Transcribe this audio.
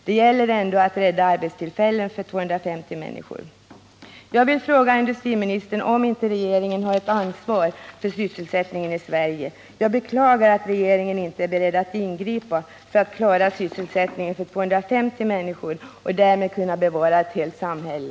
Det gäller ändå att rädda arbetstillfällen för 250 människor. Jag vill fråga industriministern om inte regeringen har ett ansvar för sysselsättningen i Sverige. Jag beklagar att regeringen inte är beredd att ingripa för att klara sysselsättningen för 250 människor och därmed bevara ett helt samhälle.